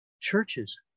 churches